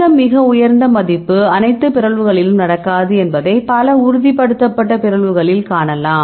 இந்த மிக உயர்ந்த மதிப்பு அனைத்து பிறழ்வுகளிலும் நடக்காது என்பதை பல உறுதிப்படுத்தப்பட்ட பிறழ்வுகளில் காணலாம்